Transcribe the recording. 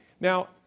Now